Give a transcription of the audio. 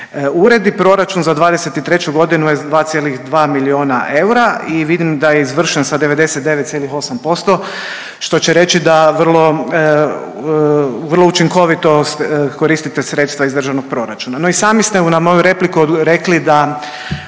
uredi. Proračun za '23.g. je 2,2 miliona eura i vidim da je izvršen sa 99,8% što će reći da vrlo učinkovito koristite sredstva iz državnog proračuna. No i sami ste na moju repliku rekli da